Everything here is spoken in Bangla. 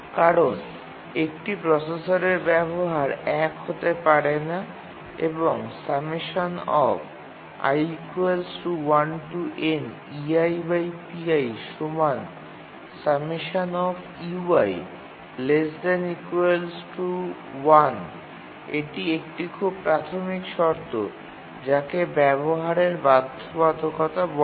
কারণ একটি প্রসেসরের ব্যবহার ১ হতে পারে না এবং এটি একটি খুব প্রাথমিক শর্ত যাকে ব্যবহারের বাধ্যবাধকতা বলে